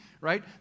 right